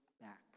back